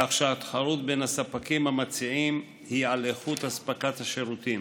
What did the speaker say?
כך שהתחרות בין הספקים המציעים היא על איכות אספקת השירותים.